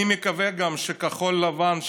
אני מקווה גם שכחול לבן,